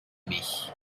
mich